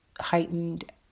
heightened